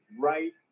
right